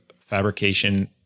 fabrication